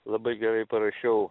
labai gerai parašiau